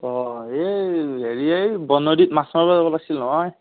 অঁ এই হেৰি এই বৰনদীত মাছ মাৰিব যাব লাগিছিল নহয়